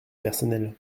personnels